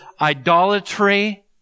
idolatry